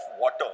water